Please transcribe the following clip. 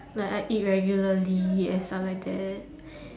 like I eat regularly and stuff like that